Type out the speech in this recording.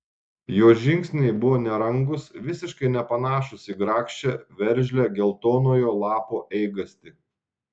jos žingsniai buvo nerangūs visiškai nepanašūs į grakščią veržlią geltonojo lapo eigastį